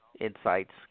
insights